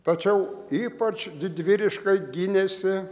tačiau ypač didvyriškai gynėsi